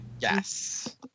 Yes